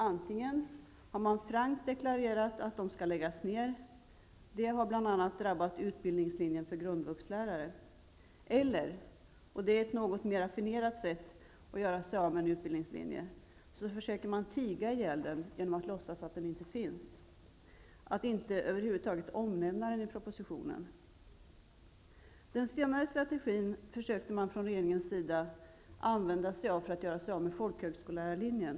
Antingen har man frankt deklarerat att de skall läggas ner, det har bl.a. drabbat utbildningslinjen för grundvuxlärare, eller också, och det är ett något mer raffinerat sätt att göra sig av med en utbildningslinje, försöker man tiga ihjäl den genom att låtsas att den inte finns och över huvud taget inte omnämna den i propositionen. Den senare strategin försökte regeringen använda sig av för att göra sig av med folkhögskollärarlinjen.